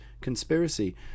conspiracy